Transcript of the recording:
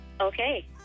okay